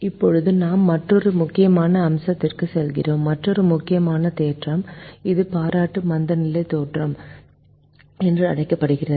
இப்போது நாம் மற்றொரு முக்கியமான அம்சத்திற்கு செல்கிறோம் மற்றொரு முக்கியமான தேற்றம் இது பாராட்டு மந்தநிலை தேற்றம் என்று அழைக்கப்படுகிறது